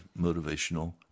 motivational